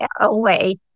away